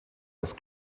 das